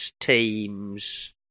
Teams